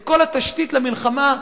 את כל התשתית למלחמה,